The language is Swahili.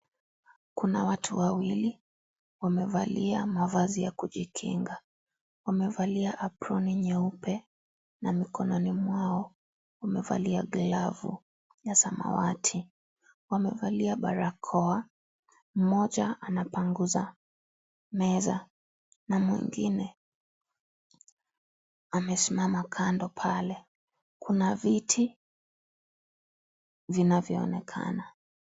Kuna watu wawili wamevalia mavazi yakujikinga wamevalia aproni nyeupe na mikononi mwao wamevalia glavu ya zamawati, wamevalia barakoa moja anapanguza meza na mwingine amesimama kando pale, kuna viti vinavoonekana.